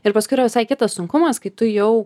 ir paskui yra visai kitas sunkumas kai tu jau